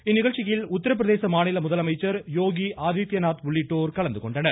இந்நிகழ்ச்சியில் உத்திரபிரதேச மாநில முதலமைச்சர் யோகி ஆதித்யநாத் உள்ளிட்டோர் கலந்துகொண்டனர்